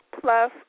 Plus